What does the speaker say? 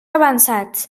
avançats